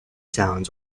sounds